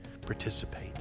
participate